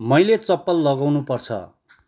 मैले चप्पल लगाउनु पर्छ